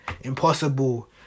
impossible